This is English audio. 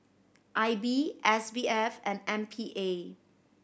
I B S B F and M P A